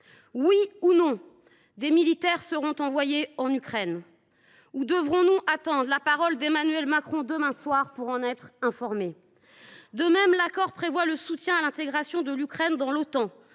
Oui ou non, des militaires seront ils envoyés en Ukraine ? Devrons nous attendre la parole d’Emmanuel Macron, demain soir, pour en être informés ? De même, l’accord prévoit le soutien à l’intégration de l’Ukraine dans l’Otan,